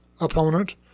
opponent